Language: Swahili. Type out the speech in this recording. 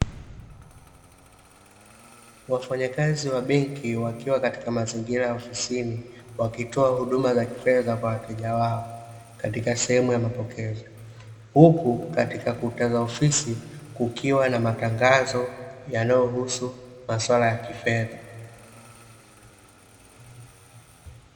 Wafanyakazi wa benki wakiwa katika mazingira ya ofisini wakitoa huduma za kifedha kwa wateja wao katika sehemu ya mapokezi, huku katika kuta za ofisi kukiwa na matangazo yanayohusu masuala ya kifedha.